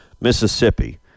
Mississippi